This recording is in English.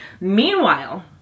Meanwhile